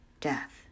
death